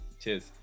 cheers